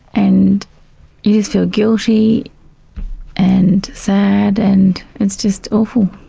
and you just feel guilty and sad and it's just awful.